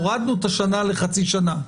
הורדנו את השנה לחצי שנה,